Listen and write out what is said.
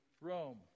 Rome